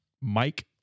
Mike